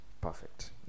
Perfect